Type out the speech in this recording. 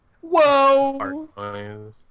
whoa